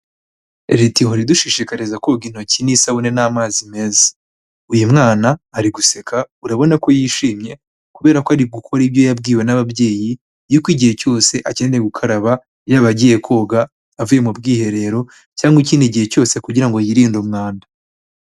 Leta ihora idushishikariza koga intoki n'isabune n'amazi meza. Uyu mwana ari guseka urabona ko yishimye kubera ko ari gukora ibyo yabwiwe n'ababyeyi, yuko igihe cyose akeneye gukaraba yaba agiye koga, avuye mu bwiherero, cyangwa ikindi gihe cyose kugira ngo yirinde umwanda